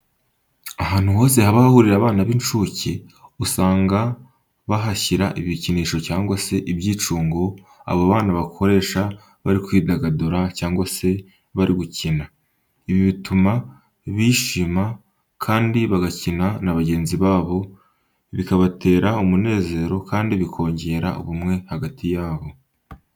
Ahantu hose haba hahurira abana b'incuke, usanga bahashyira ibikinisho cyangwa se ibyicungo abo bana bakoresha bari kwidagadura cyangwa se bari gukina. Ibi bituma bishima kandi bagakina na bagenzi babo bikabatera umunezero kandi bikongera ubumwe hagati yabo.